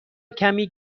کمی